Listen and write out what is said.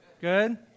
Good